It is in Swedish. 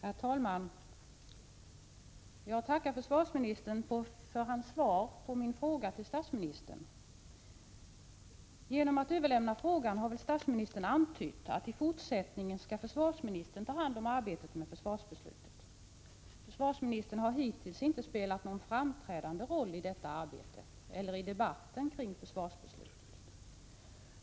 Herr talman! Jag tackar försvarsministern för svaret på min fråga till statsministern. Genom att överlämna frågan till försvarsministern har väl statsministern antytt att försvarsministern i fortsättningen skall ta hand om arbetet med försvarsbeslutet. Försvarsministern har hittills inte spelat någon framträdande roll vare sig i detta arbete eller i debatten kring försvarsbeslutet.